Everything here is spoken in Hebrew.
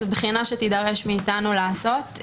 זו בחינה שתידרש מאיתנו לעשות,